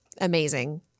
amazing